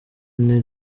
ine